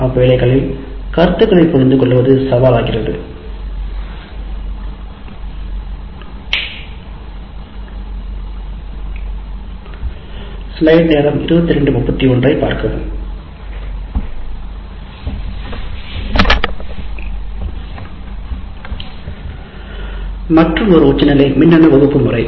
அவ்வேளைகளில் கருத்துக்களை புரிந்து கொள்வது சவால் ஆகிறது மற்றும் ஒரு உச்சநிலை மின்னணு வகுப்பறை